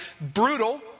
brutal